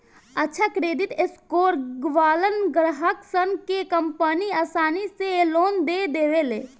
अच्छा credit score वालन ग्राहकसन के कंपनि आसानी से लोन दे देवेले